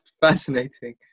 fascinating